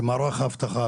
שמערך האבטחה,